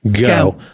go